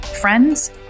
friends